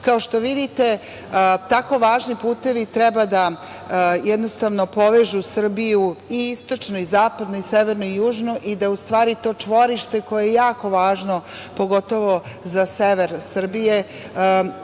sat. Kao što vidite, tako važni putevi treba da povežu Srbiju, i istočnu i zapadnu, i severnu i južnu i da u je stvari to čvorište koje je jako važno pogotovo za sever Srbije.